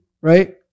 right